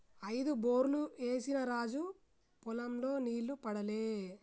ఐదు బోర్లు ఏసిన రాజు పొలం లో నీళ్లు పడలే